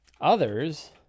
Others